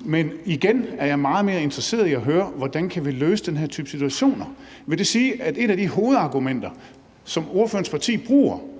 Men igen er jeg meget mere interesseret i at høre, hvordan vi kan løse den her type situationer. Vil det sige, at et af de hovedargumenter, som ordførerens parti bruger